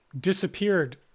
disappeared